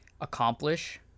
accomplish